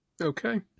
Okay